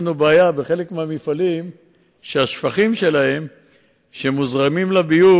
חשוב מאוד שבקרב האוכלוסייה המקומית יהיו אנשים שידאגו לנושא